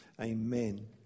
Amen